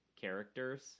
characters